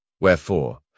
Wherefore